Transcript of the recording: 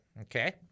okay